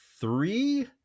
three